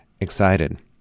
excited